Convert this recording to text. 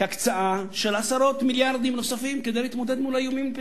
הקצאה של עשרות מיליארדים נוספים כדי להתמודד עם האיומים שלפתחנו.